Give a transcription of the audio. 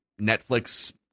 Netflix